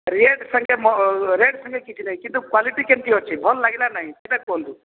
rate ସାଙ୍ଗେ rate ସାଙ୍ଗେ କିଛି ନାହିଁ କିନ୍ତୁ କ୍ଵାଲିଟି କେମିତି ଅଛି ଭଲ ଲାଗିଲା ନା ନାଇଁ ସେଇଟା କୁହନ୍ତୁ